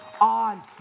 on